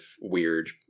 weird